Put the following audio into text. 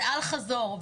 זה אל-חזור.